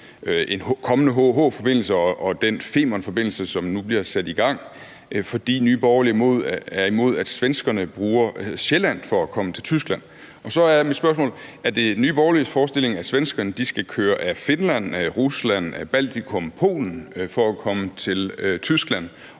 en kommende HH-forbindelse og den Femernforbindelse, som nu bliver sat i gang, fordi Nye Borgerlige er imod, at svenskerne bruger Sjælland for at komme til Tyskland. Så er mit spørgsmål: Er det Nye Borgerliges forestilling, at svenskerne skal køre over Finland, Rusland, Baltikum, Polen for at komme til Tyskland?